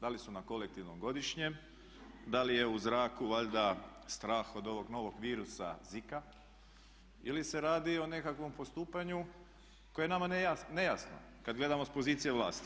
Da li su na kolektivnom godišnjem, da li je u zraku valjda strah od ovog novog virusa ZIKA ili se radi o nekakvom postupanju koje je nama nejasno kad gledamo s pozicije vlasti.